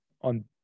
On